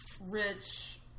rich